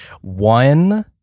One